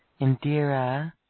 Indira